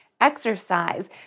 exercise